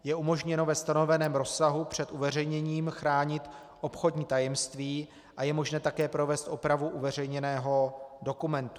Je umožněno ve stanoveném rozsahu před uveřejněním chránit obchodní tajemství a je možné také provést opravu uveřejněného dokumentu.